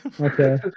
Okay